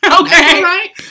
Okay